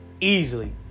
Easily